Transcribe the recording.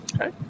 Okay